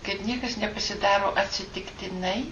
kad niekas nepasidaro atsitiktinai